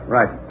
Right